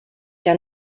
que